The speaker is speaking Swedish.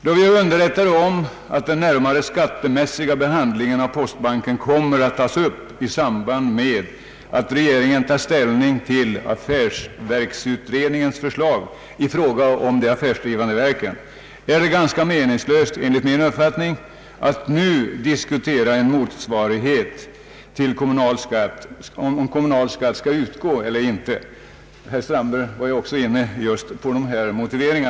Då vi är underrättade om att den närmare skattemässiga behandlingen av postbanken kommer att prövas i samband med att regeringen tar ställning till affärsverksutredningens förslag i fråga om de affärsdrivande verken, är det enligt min uppfattning ganska meningslöst att nu diskutera om en motsvarighet till kommunal skatt skall utgå eller inte. Herr Strandberg var också inne på denna motivering.